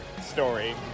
story